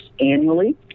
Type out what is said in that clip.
annually